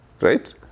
right